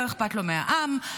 לא אכפת לו מהעם,